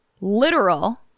literal